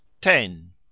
ten